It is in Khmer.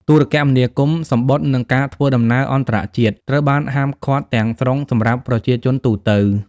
ទូរគមនាគមន៍ សំបុត្រ និងការធ្វើដំណើរអន្តរជាតិត្រូវបានហាមឃាត់ទាំងស្រុងសម្រាប់ប្រជាជនទូទៅ។